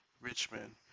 Richmond